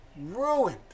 Ruined